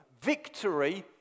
Victory